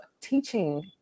teaching